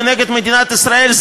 כנגד מדינת ישראל,